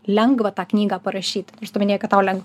lengva tą knygą parašyt nors tu minėjai kad tau lengva